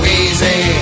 easy